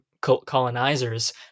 colonizers